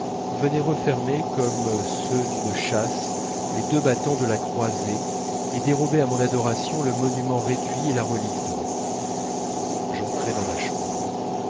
venait refermer comme ceux d'une châsse les deux battants de la croisée et dérobait à mon adoration le monument réduit et la relique d'or j'entrai dans ma chambre